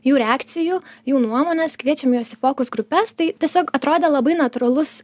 jų reakcijų jų nuomonės kviečiam juos į fokus grupes tai tiesiog atrodė labai natūralus